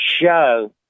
show